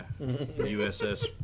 USS